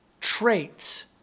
traits